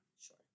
Sure